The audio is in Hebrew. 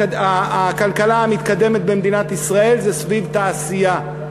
הכלכלה המתקדמת במדינת ישראל זה סביב תעשייה.